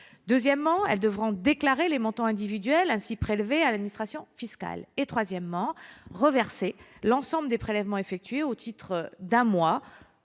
De plus, elles devront déclarer les montants individuels ainsi prélevés à l'administration fiscale. Elles devront enfin reverser l'ensemble des prélèvements effectués au titre d'un mois,